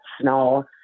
snow